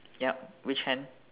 ya which hand